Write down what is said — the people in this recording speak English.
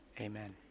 Amen